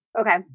okay